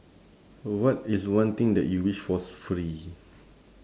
what is one thing that you wish was free